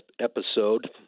episode